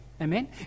Amen